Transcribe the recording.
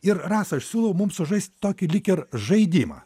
ir rasa aš siūlau mums sužaist tokį lyg ir žaidimą